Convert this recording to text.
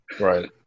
Right